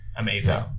amazing